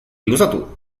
luzatu